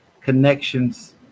connections